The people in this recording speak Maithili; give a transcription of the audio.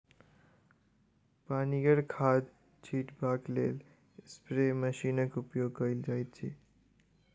पनिगर खाद छीटबाक लेल स्प्रे मशीनक उपयोग कयल जाइत छै